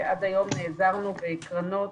עד היום נעזרנו בקרנות